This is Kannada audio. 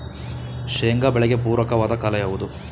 ಶೇಂಗಾ ಬೆಳೆಗೆ ಪೂರಕವಾದ ಕಾಲ ಯಾವುದು?